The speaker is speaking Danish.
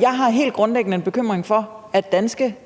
jeg har helt grundlæggende en bekymring for, at danske